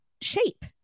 shape